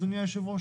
אדוני היושב-ראש,